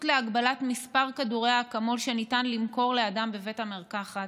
להגבלת מספר כדורי האקמול שניתן למכור לאדם בבית המרקחת,